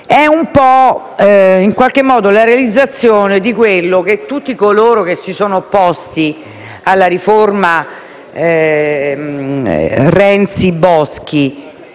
è in qualche modo la realizzazione di quello che tutti coloro che si sono opposti alla riforma Renzi-Boschi